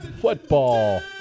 Football